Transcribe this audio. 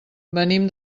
venim